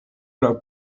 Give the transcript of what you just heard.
laŭ